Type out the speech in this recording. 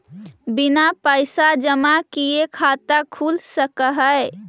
बिना पैसा जमा किए खाता खुल सक है?